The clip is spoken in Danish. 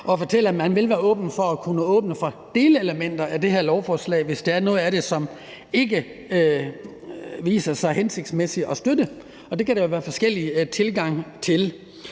at fortælle, om han vil være åben for at kunne åbne for delelementer af det her lovforslag, hvis der er noget af det, som ikke viser sig hensigtsmæssigt at støtte. Det kan der jo være forskellige tilgange til.